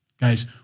Guys